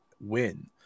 win